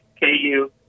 KU